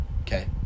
okay